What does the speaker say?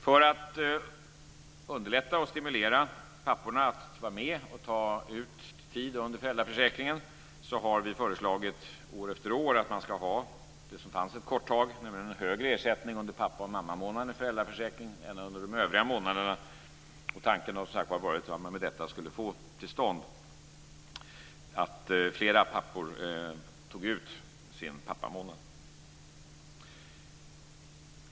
För att stimulera och underlätta för papporna att ta ut tid under föräldraförsäkringen har vi år efter år föreslagit att man ska ha det som fanns ett kort tag, nämligen en högre ersättning under pappa och mammamånaden i föräldraförsäkringen än under de övriga månaderna. Tanken har som sagt varit att man med detta skulle få fler pappor att ta ut sin pappamånad.